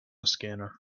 scanner